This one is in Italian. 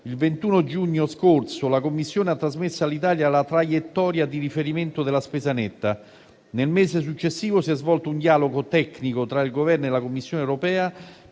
il 21 giugno scorso la Commissione ha trasmesso all'Italia la traiettoria di riferimento della spesa netta. Nel mese successivo si è svolto un dialogo tecnico tra il Governo e la Commissione europea,